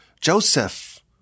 Joseph